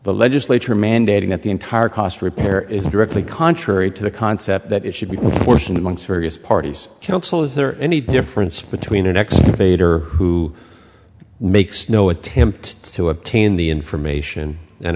the legislature mandating that the entire cost repair is directly contrary to the concept that it should be forced in the months various parties counsel is there any difference between an excavator who makes no attempt to obtain the information and